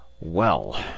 Well